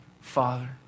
father